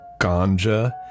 ganja